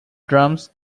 drums